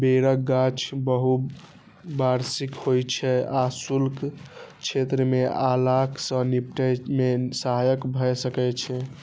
बेरक गाछ बहुवार्षिक होइ छै आ शुष्क क्षेत्र मे अकाल सं निपटै मे सहायक भए सकै छै